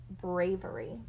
bravery